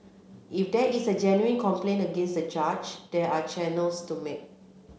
if there is a genuine complaint against the judge there are channels to make